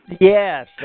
Yes